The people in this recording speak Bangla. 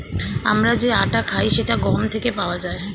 আমরা যে আটা খাই সেটা গম থেকে পাওয়া যায়